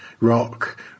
rock